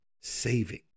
saving